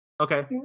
Okay